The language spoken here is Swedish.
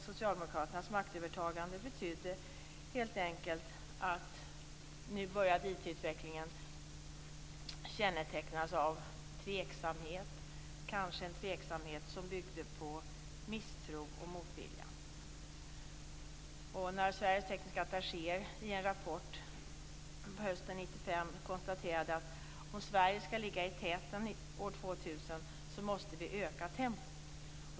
Socialdemokraternas maktövertagande betydde helt enkelt att IT-utvecklingen började kännetecknas av tveksamhet. Det var kanske en tveksamhet som byggde på misstro och motvilja. Sveriges tekniska attachéer konstaterade i en rapport på hösten 1995 att vi måste öka tempot om Sverige skall ligga i täten år 2000.